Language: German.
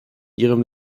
ihrem